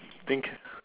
think